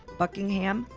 buckingham,